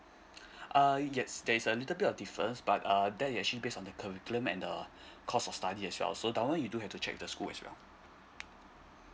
uh yes there is a little bit of difference but uh that is actually based on the curriculum and uh course of study as well so that one you do have to check the school as well